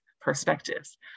perspectives